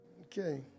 Okay